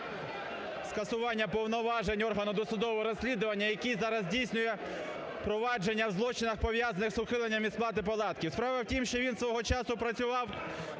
скасування повноважень органів досудового розслідування, які зараз здійснює провадження у злочинах пов'язаних з ухиленням від сплати податків. Справа в тім, що він свого часу працював